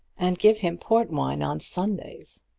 and give him port wine on sundays.